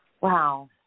wow